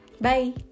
bye